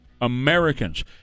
Americans